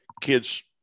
kids